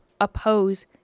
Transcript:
oppose